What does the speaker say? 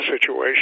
situation